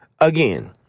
Again